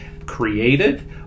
Created